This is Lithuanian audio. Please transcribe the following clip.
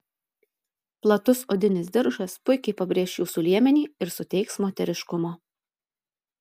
platus odinis diržas puikiai pabrėš jūsų liemenį ir suteiks moteriškumo